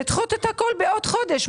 לדחות את הכל בעוד חודש?